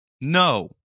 No